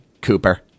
Cooper